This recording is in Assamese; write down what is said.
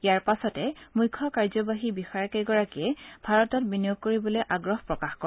ইয়াৰ পাছতে মুখ্য কাৰ্যবাহী বিষয়াকেইগৰাকীয়ে ভাৰতত বিনিয়োগ কৰিবলৈ আগ্ৰহ প্ৰকাশ কৰে